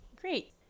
Great